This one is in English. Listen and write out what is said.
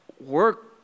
work